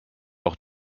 auch